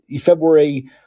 February